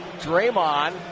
Draymond